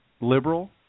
liberal